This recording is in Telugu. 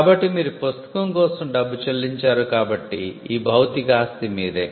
కాబట్టి మీరు పుస్తకం కోసం డబ్బు చెల్లించారు కాబట్టి ఆ భౌతిక ఆస్తి మీదే